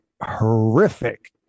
horrific